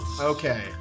Okay